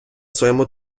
своєму